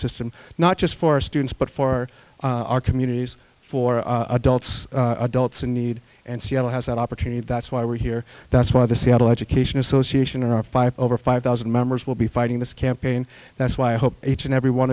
system not just for students but for our communities for adults adults in need and seattle has that opportunity that's why we're here that's why the seattle education association our five over five thousand members will be fighting this campaign that's why i hope each and every one